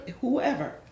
whoever